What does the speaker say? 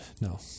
no